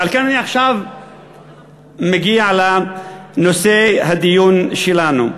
ועל כן אני עכשיו מגיע לנושא הדיון שלנו.